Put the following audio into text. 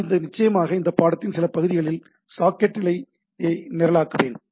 நாம் இந்த நிச்சயமாக இந்த பாடத்தின் சில பகுதியில் சில சாக்கெட் நிலை நிரலாக்க செய்வேன்